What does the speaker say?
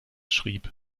schrieb